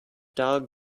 dog